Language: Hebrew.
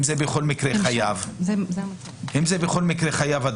אם זה בכל מקרה חייב.